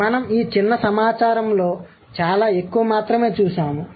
కాబట్టి మనం ఈ చిన్న సమాచారంలో చాలా ఎక్కువ మాత్రమే చూసాము